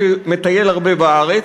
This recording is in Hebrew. שמטייל הרבה בארץ,